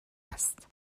است